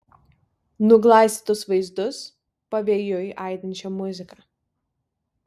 nuglaistytus vaizdus pavėjui aidinčią muziką